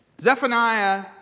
Zephaniah